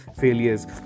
failures